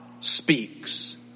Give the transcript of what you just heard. speaks